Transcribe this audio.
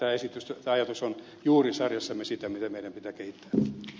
tämä ajatus on juuri sarjassamme sitä mitä meidän pitää kehittää